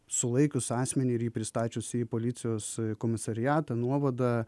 sulaikius asmenį ir jį pristačius į policijos komisariatą nuovadą